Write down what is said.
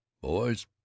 Boys